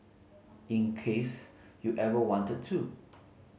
in case you ever wanted to